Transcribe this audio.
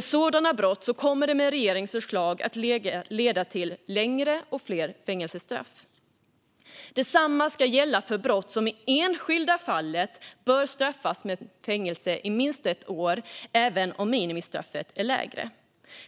Sådana brott kommer med regeringens förslag att leda till både längre och fler fängelsestraff. Detsamma ska gälla för brott som i det enskilda fallet bör straffas med fängelse i minst ett år även om minimistraffet är lägre.